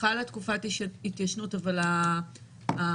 חלה תקופת התיישנות אבל הדגימות